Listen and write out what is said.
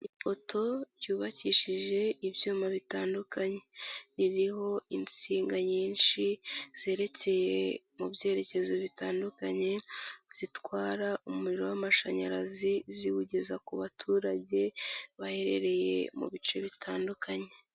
Ipoto ryubakishije ibyuma bitandukanye, ririho insinga nyinshi zerekeye mu byerekezo bitandukanye zitwara umuriro w'amashanyarazi ziwugeza ku baturage baherereye mu bice bitandukanye.